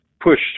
pushed